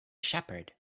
shepherd